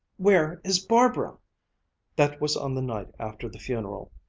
where is barbara that was on the night after the funeral.